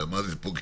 אלא מה זה פוגע